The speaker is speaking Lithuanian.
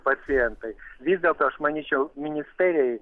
pacientai vis dėlto aš manyčiau ministerijai